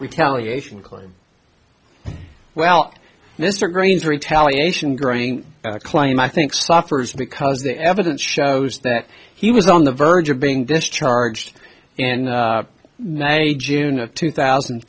retaliation claim well mr green's retaliation growing claim i think suffers because the evidence shows that he was on the verge of being discharged in may june of two thousand and